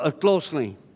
closely